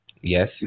Yes